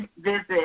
visit